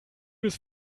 ist